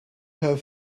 her